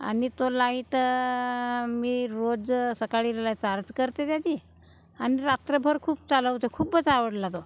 आणि तो लाइटं मी रोज सकाळीला चार्ज करते त्याची आणि रात्रभर खूप चालवते खूपच आवडला तो